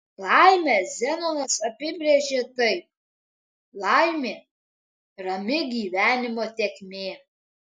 laimę zenonas apibrėžė taip laimė rami gyvenimo tėkmė